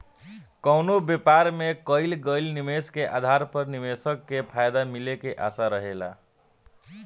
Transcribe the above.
कवनो व्यापार में कईल गईल निवेश के आधार पर निवेशक के फायदा मिले के आशा रहेला